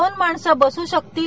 दोन माणसं बसू शकतील